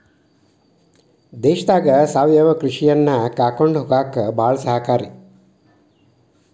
ದೇಶದಾಗ ಸಾವಯವ ಕೃಷಿಯನ್ನಾ ಕಾಕೊಂಡ ಹೊಗಾಕ ಬಾಳ ಸಹಕಾರಿ